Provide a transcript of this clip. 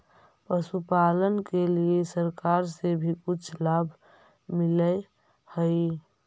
पशुपालन के लिए सरकार से भी कुछ लाभ मिलै हई?